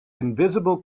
invisible